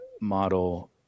model